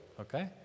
Okay